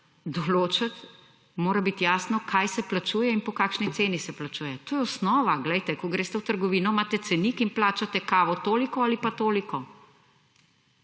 določati, mora biti jasno, kaj se plačuje in po kakšni ceni se plačuje. To je osnova. Glejte, ko greste v trgovino, imate cenik in plačate kavo toliko ali pa toliko.